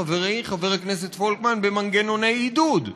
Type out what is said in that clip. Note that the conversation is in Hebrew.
חברי חבר הכנסת פולקמן: במנגנוני עידוד,